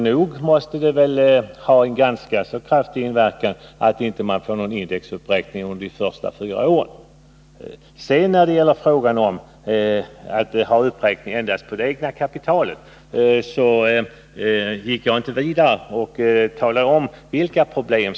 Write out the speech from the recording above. Nog måste det ha en ganska kraftig inverkan att indexuppräkning inte sker beträffande de fyra första åren. När det sedan gäller frågan om uppräkning skall ske endast på det egna kapitalet gick jag inte in på de problem som föreligger på den punkten.